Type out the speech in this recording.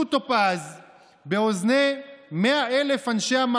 היום כל אחד יכול להגיד שהוא אישה,